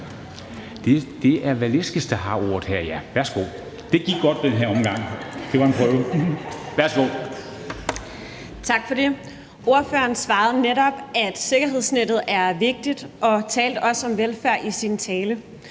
Velasquez, der har ordet her. Ja, værsgo. Det gik godt i den her omgang – det var en prøve. Værsgo! Kl. 10:04 Victoria Velasquez (EL): Tak for det. Ordføreren svarede netop, at sikkerhedsnettet er vigtigt, og talte også om velfærd i sin tale.